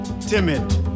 timid